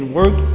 work